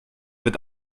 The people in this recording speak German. wird